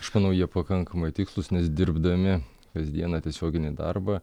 aš manau jie pakankamai tikslūs nes dirbdami kasdieną tiesioginį darbą